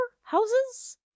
houses